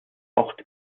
ort